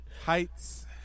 Heights